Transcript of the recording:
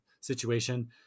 situation